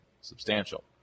substantial